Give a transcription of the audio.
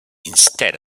instead